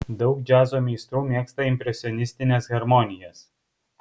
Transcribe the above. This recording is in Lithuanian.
daug džiazo meistrų mėgsta impresionistines harmonijas